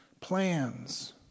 plans